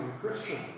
Christian